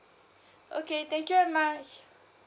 okay thank you very much